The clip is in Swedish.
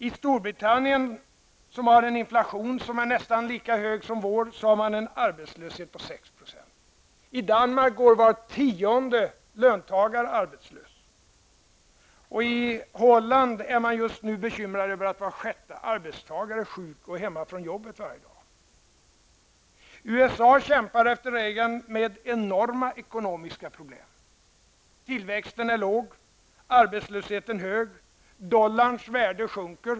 I Storbritannien, som har en inflation nästan lika hög som vår, har man en arbetslöshet på 6 %. I Danmark går var tionde löntagare arbetslös. I Holland är man bekymrad över att var sjätte arbetstagare är sjuk eller hemma från arbete i varje dag. USA kämpar efter Reagan med enorma ekonomiska problem. Tillväxten är låg, arbetslösheten hög och dollarns värde sjunker.